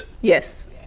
yes